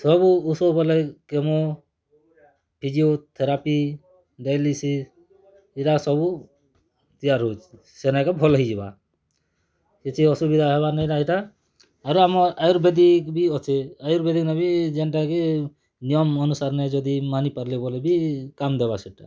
ସବୁ ଉଷୋ ବେଲେ କେମୋ ଫିଜିଓଥେରାପି ଡାଇଲିସିସ୍ ଇରା ସବୁ ତିଆର୍ ହେଉଛେ ସେରା ଏକା ଭଲ୍ ହେଇଯିବା କିଛି ଅସୁବିଧା ହେବାର୍ ନାଇନା ଇ'ଟା ଆରୁ ଆମର୍ ଆୟୁର୍ବେଦିକ୍ ବି ଅଛେ ଆୟୁର୍ବେଦିକ୍ ନେ ବି ଯେନ୍ଟା କି ନିୟମ୍ ଅନୁସାରେ ଯଦି ମାନି ପାର୍ଲେ ଭଲ୍ ବି କାମ୍ ଦେବା ସେଟା